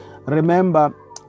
remember